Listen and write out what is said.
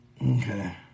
Okay